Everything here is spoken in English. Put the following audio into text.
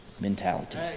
mentality